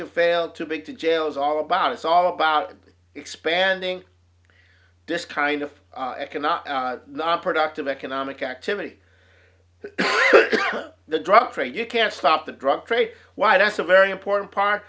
to fail too big to jail is all about it's all about expanding this kind of it cannot nonproductive economic activity the drug trade you can't stop the drug trade why that's a very important part